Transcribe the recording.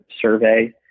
survey